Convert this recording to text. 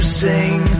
sing